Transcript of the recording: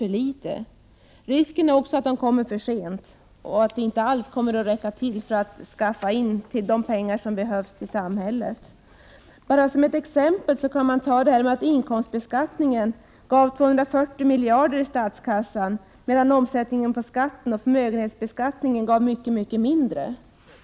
Det finns också en risk att åtgärderna kommer för sent och att de inte alls kommer att räcka till för att ta in de pengar som behövs till samhället. Man kan som ett exempel ta att inkomstbeskattningen gav 240 miljarder till statskassan, medan omsättningsskatten och förmögenhetsbeskattningen gav mycket mindre.